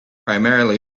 primarily